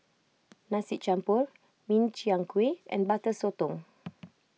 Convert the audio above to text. Nasi Campur Min Chiang Kueh and Butter Sotong